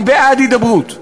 אני בעד הידברות,